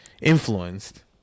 influenced